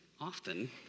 often